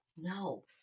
No